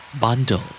Bundle